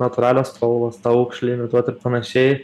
natūralios spalvos aukšlei imituot ir panašiai